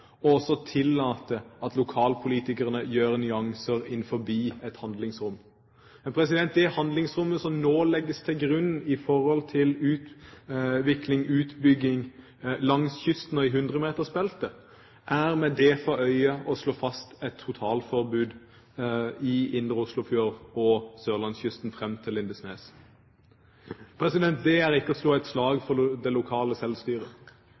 og også tillate at lokalpolitikerne nyanserer innenfor et handlingsrom. Det handlingsrommet som nå legges til grunn når det gjelder utvikling, utbygging, langs kysten og i hundremetersbeltet, er med det for øye å slå fast et totalforbud i indre Oslofjord og på sørlandskysten fram til Lindesnes. Det er ikke å slå et slag for det lokale selvstyret.